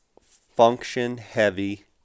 function-heavy